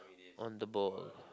on the ball